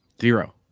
Zero